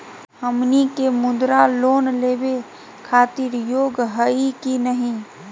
हमनी के मुद्रा लोन लेवे खातीर योग्य हई की नही?